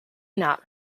knapp